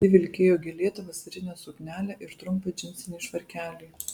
ji vilkėjo gėlėtą vasarinę suknelę ir trumpą džinsinį švarkelį